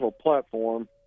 platform